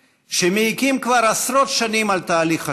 שמעיקים כבר עשרות שנים על תהליך השלום.